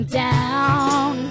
down